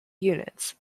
units